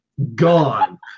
Gone